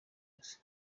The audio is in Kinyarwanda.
ryose